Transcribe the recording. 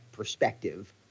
perspective